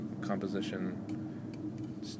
composition